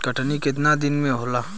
कटनी केतना दिन में होला?